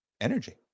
Energy